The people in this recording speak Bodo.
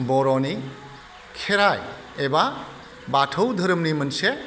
बर'नि खेराइ एबा बाथौ धोरोमनि मोनसे